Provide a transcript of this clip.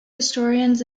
historians